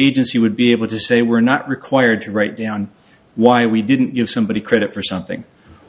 agency would be able to say we're not required to write down why we didn't give somebody credit for something